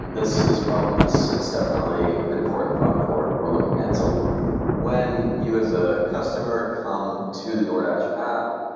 this this problem it's it's definitely an important problem that we're we're looking at. so when you as a customer come to the doordash app,